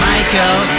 Michael